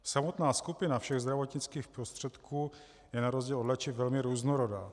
Samotná skupina všech zdravotnických prostředků je na rozdíl od léčiv velmi různorodá.